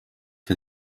for